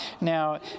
Now